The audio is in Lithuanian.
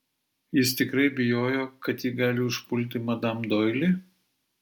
jis tikrai bijojo kad ji gali užpulti madam doili